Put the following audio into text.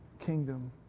kingdom